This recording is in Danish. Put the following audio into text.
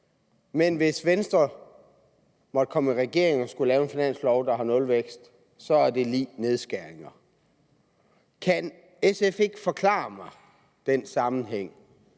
men hvis Venstre måtte komme i regering og skulle lave en finanslov, der har nulvækst, så er det lig med nedskæringer. Kan SF ikke forklare mig den sammenhæng?